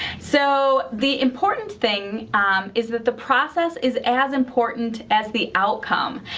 so the important thing um is that the process is as important as the outcome.